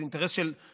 זה אינטרס שלך?